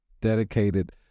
dedicated